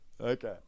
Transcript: Okay